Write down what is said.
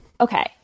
okay